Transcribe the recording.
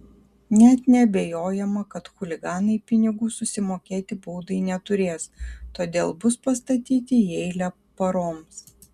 net neabejojama kad chuliganai pinigų susimokėti baudai neturės todėl bus pastatyti į eilę paroms